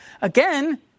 Again